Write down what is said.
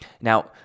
Now